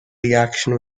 reaction